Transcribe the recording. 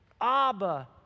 Abba